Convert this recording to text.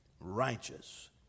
righteous